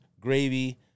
gravy